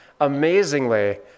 amazingly